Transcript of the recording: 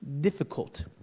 difficult